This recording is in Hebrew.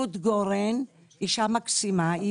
אישה מקסימה,